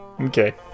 Okay